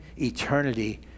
eternity